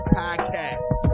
podcast